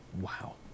wow